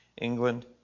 England